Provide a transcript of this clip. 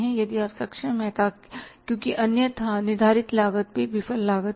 यदि आप सक्षम हैं क्योंकि अन्यथा निर्धारित लागत भी विफल लागत है